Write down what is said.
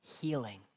healing